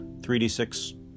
3d6